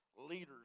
leaders